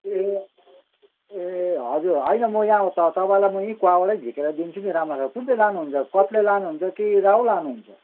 ए ए हजुर होइन म यहाँ तपाईँलाई यहीँ कुवाबाटै झिकेर दिनुछु नि राम्रो खालको कुन चाहिँ लानुहुन्छ कत्ले लानुहुन्छ कि रहु लानुहुन्छ